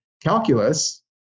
calculus